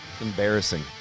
Embarrassing